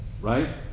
right